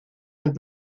and